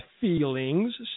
feelings